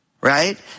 right